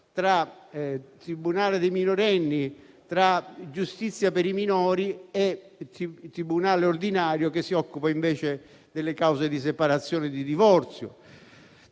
tra Tribunale dei minorenni, giustizia per i minori e tribunale ordinario, che si occupa invece delle cause di separazione e di divorzio.